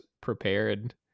prepared